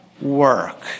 work